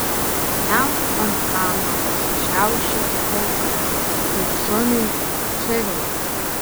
jam ant sprando pasišiaušė plaukai kaip šuniui šeriai